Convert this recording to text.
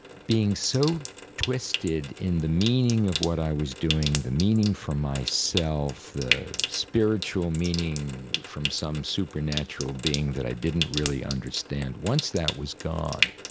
being so twisted in the meaning of what i was doing, the meaning from myself, the spiritual meaning from some supernatural being that i didn't really understand. once that was gone,